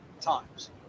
times